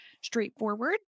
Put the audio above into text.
straightforward